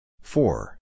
four